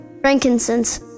frankincense